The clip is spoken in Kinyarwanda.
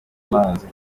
amazi